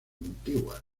antiguas